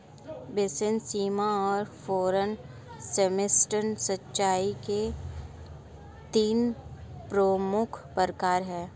basin, सीमा और furrow system सतही सिंचाई के तीन प्रमुख प्रकार है